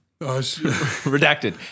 Redacted